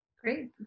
Great